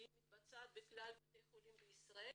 היא מתבצעת בכלל בתי החולים בישראל,